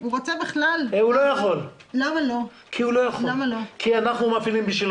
ולחלקם היו הערות כי נכללים גם גופים שהם פרטיים במהות